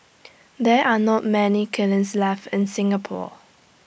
there are not many kilns left in Singapore